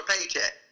paycheck